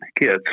kids